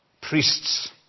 priests